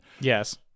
Yes